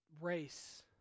Race